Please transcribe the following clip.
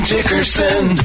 Dickerson